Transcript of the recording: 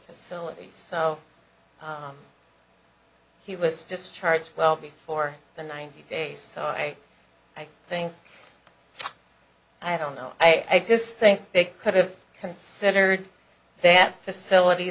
facilities he was just charged well before the ninety days so i i think i don't know i just think they could have considered that facility